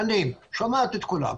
שנים היא שומעת את כולם,